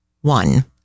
One